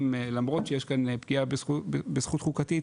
האם למרות שיש כאן פגיעה בזכות חוקתית,